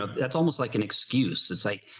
um that's almost like an excuse. it's like,